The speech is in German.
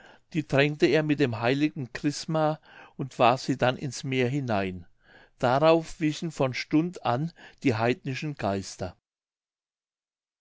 die tränkte er mit dem heiligen chrisma und warf sie dann in das meer hinein darauf wichen von stund an die heidnischen geister